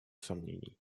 сомнений